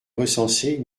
recenser